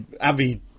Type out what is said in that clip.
abby